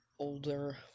Older